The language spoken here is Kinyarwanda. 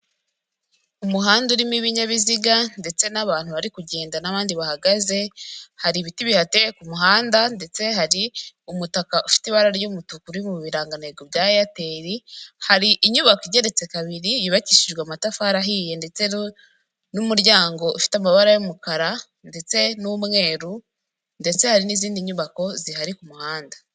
Umuhanda urimo ibinyabiziga ndetse n'abantu bari kugenda n'abandi bahagaze hari ibiti bihateyeye ku muhanda ndetse hari umutaka ufite ibara ry'umutuku uri mu birangantego bya eyateri hari inyubako igeretse kabiri yubakishijwe amatafari ahiye ndetse n'umuryango ufite amabara y'umukara ndetse n'umweru ndetse hari n'izindi nyubako zihari ku muhanda.